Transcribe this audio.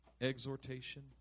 exhortation